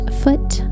foot